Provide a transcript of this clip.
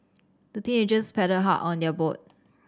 the teenagers paddled hard on their boat